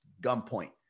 gunpoint